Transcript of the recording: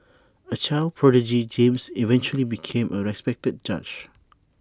A child prodigy James eventually became A respected judge